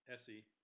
Essie